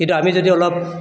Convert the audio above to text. কিন্তু আমি যদি অলপ